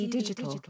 Digital